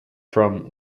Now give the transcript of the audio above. from